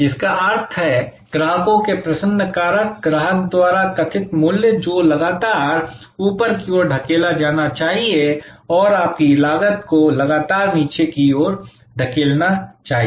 इसका अर्थ है ग्राहकों के प्रसन्न कारक ग्राहक द्वारा कथित मूल्य को लगातार ऊपर की ओर धकेला जाना चाहिए और आपकी लागत को लगातार नीचे की ओर धकेलना चाहिए